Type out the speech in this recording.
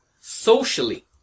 socially